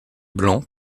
blanc